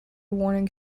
warning